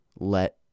let